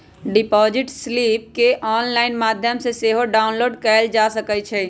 deposit slip केंऑनलाइन माध्यम से सेहो डाउनलोड कएल जा सकइ छइ